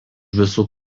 visų